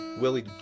Willie